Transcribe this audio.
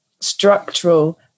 structural